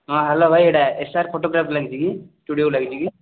ହଁ ହାଲୋ ଭାଇ ଏଟା ଏସ୍ ଆର୍ ଫୋଟୋଗ୍ରାଫ୍ ଲାଗିଛି କି ଷ୍ଟୁଡ଼ିଓକୁ ଲାଗିଛି କି